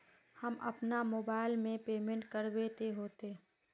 हम अपना मोबाईल से पेमेंट करबे ते होते?